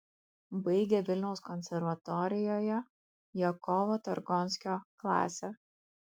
baigė vilniaus konservatorijoje jakovo targonskio klasę